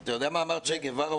אתה יודע מה אמר צ'ה גווארה?